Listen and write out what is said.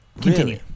continue